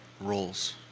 roles